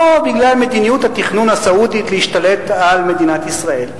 לא בגלל מדיניות התכנון הסעודית להשתלט על מדינת ישראל.